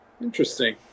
Interesting